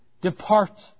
depart